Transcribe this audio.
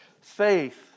Faith